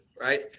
right